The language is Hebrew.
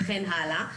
וכן הלאה,